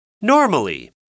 Normally